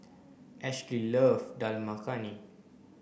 Ashely love Dal Makhani